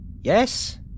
Yes